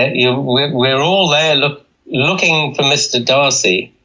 and yeah we're we're all there looking for mr. darcy